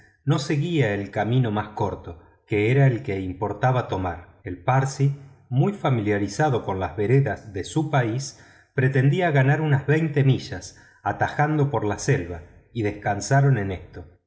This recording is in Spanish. no seguía el camino más corto que era el que importaba tomar el parsi muy familiarizado con los senderos de su país pretendía ganar unas veinte millas atajando por la selva y descansaron en esto